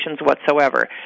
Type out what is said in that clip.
whatsoever